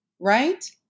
right